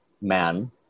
man